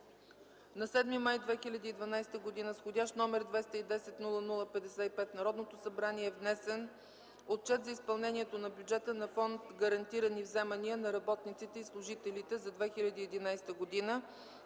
На 7 май 2012 г. с вх. № 210-00-55 в Народното събрание е внесен Отчет за изпълнението на бюджета на фонд „Гарантирани вземания на работниците и служителите за 2011 г.”